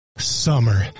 summer